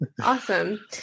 awesome